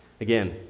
Again